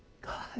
God